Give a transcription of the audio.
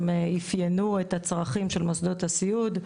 הם אפיינו את הצרכים של מוסדות הסיעוד,